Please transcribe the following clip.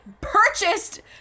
purchased